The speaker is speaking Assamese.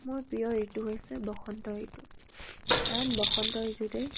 মোৰ প্ৰিয় ঋতু হৈছে বসন্ত ঋতু কাৰণ বসন্ত ঋতুতেই